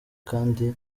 kandi